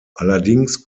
allerdings